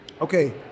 Okay